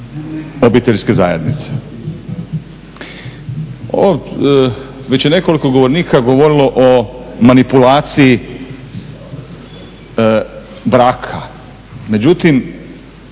obiteljske zajednice. Već je nekoliko govornika govorilo o manipulaciji braka, međutim,